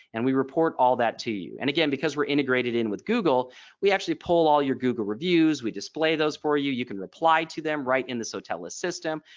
and we report all that to you. and again because we're integrated in with google we actually pull all your google reviews we display those for you. you can reply to them right in this sotellus system.